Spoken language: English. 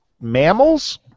mammals